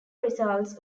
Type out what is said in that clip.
result